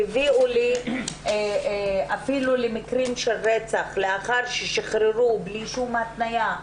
שהביאו אפילו למקרים של רצח לאחר ששחררו בלי שום התניה,